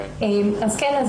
אז כן,